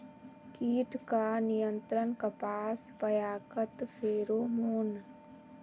कीट का नियंत्रण कपास पयाकत फेरोमोन?